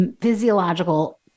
physiological